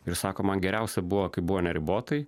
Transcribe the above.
ir sako man geriausia buvo kai buvo neribotai